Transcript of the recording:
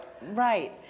Right